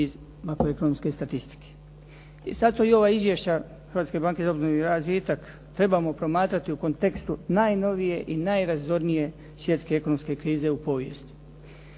iz makroekonomske statistike. I zato i ova izvješća Hrvatske banke za obnovu i razvitak trebamo promatrati u kontekstu najnovije i najrazornije svjetske ekonomske krize u povijesti.